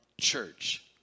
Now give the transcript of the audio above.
church